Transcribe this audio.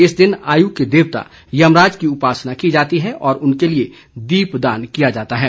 इस दिन आयु के देवता यमराज की उपासना की जाती है और उनके लिये दीप दान किया जाता है